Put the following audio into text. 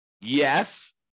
Yes